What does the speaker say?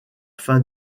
fin